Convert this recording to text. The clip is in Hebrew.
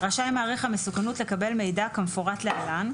רשאי מעריך המסוכנות לקבל מידע כמפורט להלן,